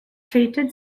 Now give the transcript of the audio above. treated